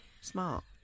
Smart